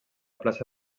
plaça